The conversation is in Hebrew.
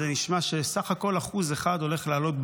זה נשמע שבסך הכול ב-1% המע"מ הולך לעלות,